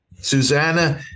Susanna